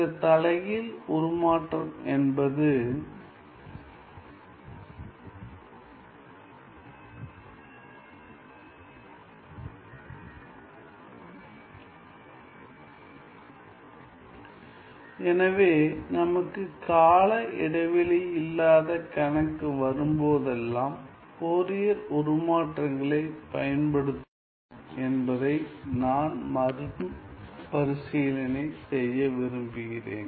இந்த தலைகீழ் உருமாற்றம் என்பது எனவே நமக்கு கால இடைவெளி இல்லாத கணக்கு வரும்போதெல்லாம் ஃபோரியர் உருமாற்றங்களை பயன்படுத்துவோம் என்பதை நான் மறுபரிசீலனை செய்ய விரும்புகிறேன்